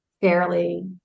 fairly